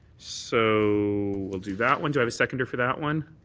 so we'll do that one. do i have a seconder for that one?